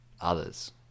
others